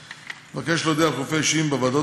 אני מבקש להודיע על חילופי אישים בוועדות